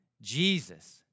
Jesus